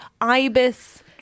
Ibis